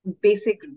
basic